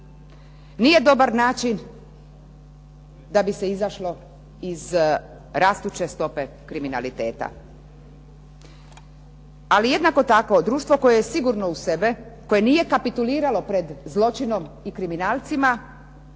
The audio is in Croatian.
nije dobar način da bi se izašlo iz rastuće stope kriminaliteta. Ali jednako tako društvo koje je sigurno u sebe, koje nije kapituliralo pred zločinom i kriminalcima